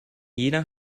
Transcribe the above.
jener